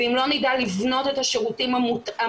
ואם לא נדע לבנות את השירותים המותאמים